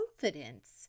confidence